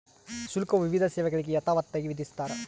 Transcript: ಶುಲ್ಕವು ವಿವಿಧ ಸೇವೆಗಳಿಗೆ ಯಥಾವತ್ತಾಗಿ ವಿಧಿಸ್ತಾರ